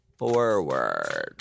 Forward